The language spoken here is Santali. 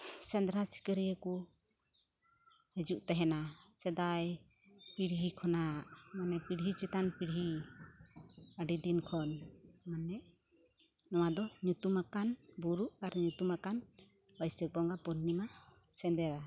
ᱥᱮᱸᱫᱽᱨᱟ ᱥᱤᱠᱟᱹᱨᱤᱭᱟᱹ ᱠᱚ ᱦᱤᱡᱩᱜ ᱛᱟᱦᱮᱱᱟ ᱥᱮᱫᱟᱭ ᱯᱤᱲᱦᱤ ᱠᱷᱚᱱᱟᱜ ᱢᱟᱱᱮ ᱯᱤᱲᱦᱤ ᱪᱮᱛᱟᱱ ᱯᱤᱲᱦᱤ ᱟᱹᱰᱤ ᱫᱤᱱ ᱠᱷᱚᱱ ᱢᱟᱱᱮ ᱱᱚᱣᱟ ᱫᱚ ᱧᱩᱛᱩᱢᱟᱠᱟᱱ ᱵᱩᱨᱩ ᱟᱨ ᱧᱩᱛᱩᱢᱟᱠᱟᱱ ᱵᱟᱹᱭᱥᱟᱹᱠᱷ ᱵᱚᱸᱜᱟ ᱯᱩᱨᱱᱤᱢᱟ ᱥᱮᱸᱫᱽᱨᱟ